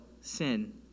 sin